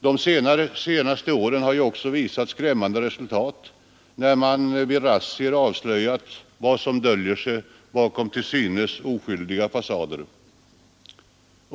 De senaste åren har ju också visat skrämmande resultat, när man vid razzior avslöjat vad som döljer sig bakom till synes oskyldiga fasader.